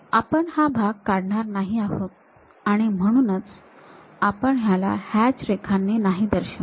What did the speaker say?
तर आपण हा भाग काढणार नाही आहोत आणि म्हणूनच आपण त्याला हॅच रेखांनी नाही दर्शवणार